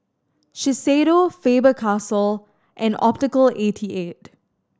Shiseido Faber Castell and Optical eighty eight